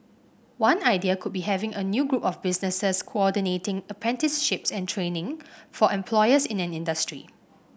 one idea could be having a new group of businesses coordinating apprenticeships and training for employers in an industry